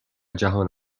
جهان